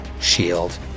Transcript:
shield